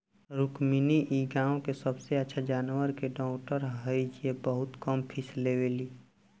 रुक्मिणी इ गाँव के सबसे अच्छा जानवर के डॉक्टर हई जे बहुत कम फीस लेवेली